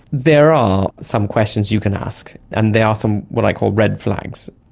there are some questions you can ask, and there are some what i call red flags.